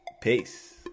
peace